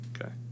Okay